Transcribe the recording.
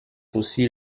aussi